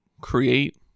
create